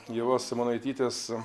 ievos simonaitytės